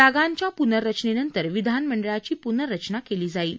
जागांच्या पुनर्रचनेनंतर विधानमंडळाची पुनर्रचना केली जाईल